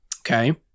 Okay